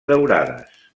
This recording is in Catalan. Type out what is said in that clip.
daurades